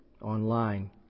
online